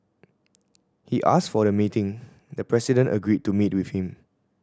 he asked for the meeting the president agreed to meet with him